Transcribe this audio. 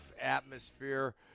atmosphere